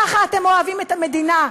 ככה אתם אוהבים את המדינה?